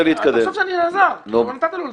תחשוב שאני אלעזר, נתת לו לדבר.